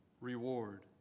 reward